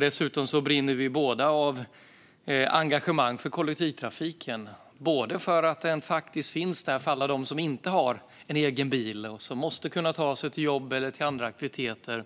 Dessutom brinner vi båda av engagemang för kollektivtrafiken, både för att den ska finnas där för alla som inte har egen bil och måste kunna ta sig till jobb eller andra aktiviteter